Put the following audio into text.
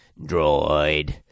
Droid